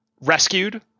rescued